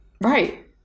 Right